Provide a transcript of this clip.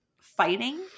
fighting